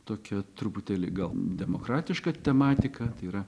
tokią truputėlį gal demokratišką tematiką yra